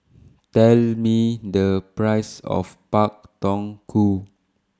Tell Me The Price of Pak Thong Ko